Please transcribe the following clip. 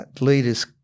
leaders